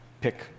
pick